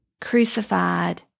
crucified